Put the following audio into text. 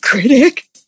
Critic